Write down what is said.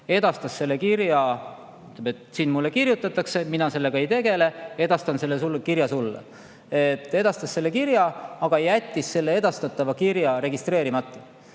edastas selle kirja ja ütles: "Siin mulle kirjutatakse, mina sellega ei tegele, edastan selle kirja sulle." Ta edastas selle kirja, aga jättis selle edastatava kirja registreerimata.